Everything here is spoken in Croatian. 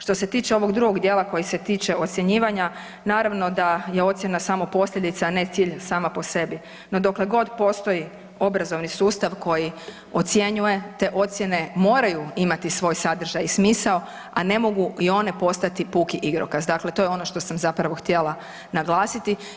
Što se tiče ovog drugog dijela koji se tiče ocjenjivanja, naravno da je ocjena samo posljedica, a ne cilj sama po sebi, no dokle god postoji obrazovni sustav koji ocjenjuje, te ocjene moraju imati svoj sadržaj i smisao, a ne mogu i one postati puki igrokaz, dakle to je ono što sam zapravo htjela naglasiti.